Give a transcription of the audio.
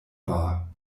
war